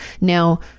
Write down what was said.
Now